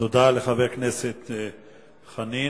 תודה לחבר הכנסת חנין.